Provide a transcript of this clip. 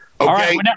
Okay